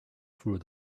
through